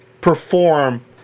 Perform